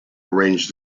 arranged